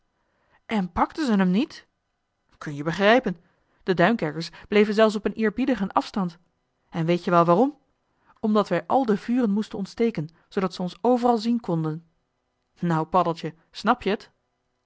en pakten ze hem niet kun-je begrijpen de duinkerkers bleven zelfs op een eerbiedigen afstand een weet-je wel waarom omdat wij al de vuren moesten ontsteken zoodat ze ons overal zien konden nou paddeltje snap je t